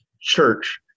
church